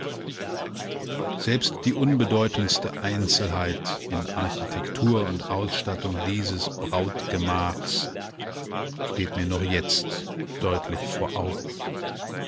selbst die unbedeutendste einzelheit in architektur und ausstattung dieses brautgemachs steht mir noch jetzt deutlich vor augen